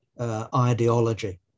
ideology